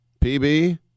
PB